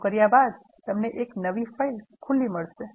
આવુ કર્યા બાદ તમને એક નવી ફાઇલ ખુલ્લી મળશે